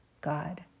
God